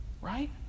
Right